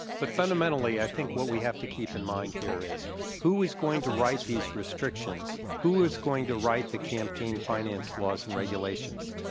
but fundamentally i think what we have to keep in mind here is when who is going to write these restrictions? who is going to write the campaign finance laws and regulations?